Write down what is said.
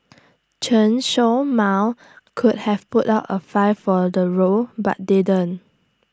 Chen show Mao could have put up A fight for the role but didn't